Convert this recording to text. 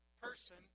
person